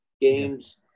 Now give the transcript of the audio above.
games